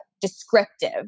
descriptive